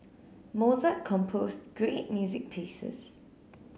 Mozart composed great music pieces